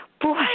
Boy